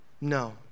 No